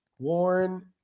Warren